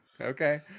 Okay